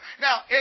Now